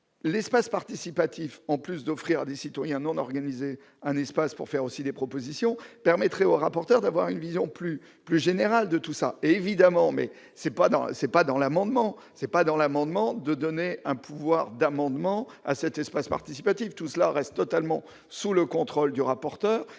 l'espace participatif, en plus d'offrir à des citoyens non organiser un espace pour faire aussi des propositions permettraient rapporteur d'avoir une vision plus plus général de tout ça, évidemment, mais c'est pas dans c'est pas dans l'amendement c'est pas dans l'amendement de donner un pouvoir d'amendement à cet espace participatif, tout cela reste totalement sous le contrôle du rapporteur